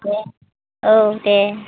दे औ दे